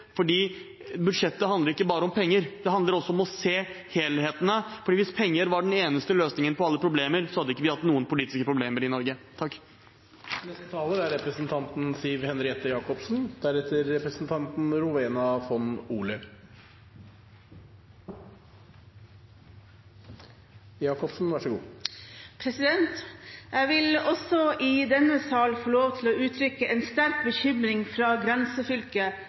fordi budsjettet handler ikke bare om penger. Det handler også om å se helheten, for hvis penger var den eneste løsningen på alle problemer, hadde vi ikke hatt noen politiske problemer i Norge. Jeg vil også i denne sal få lov til å uttrykke en sterk bekymring fra grensefylket